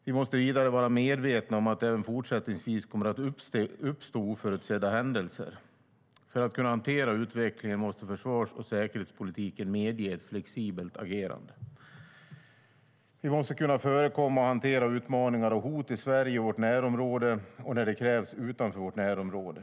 Vi måste vidare vara medvetna om att det även fortsättningsvis kommer att uppstå oförutsedda händelser. För att kunna hantera utvecklingen måste försvars och säkerhetspolitiken medge ett flexibelt agerande. Vi måste kunna förekomma och hantera utmaningar och hot i Sverige och vårt närområde och, när det krävs, utanför vårt närområde.